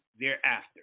thereafter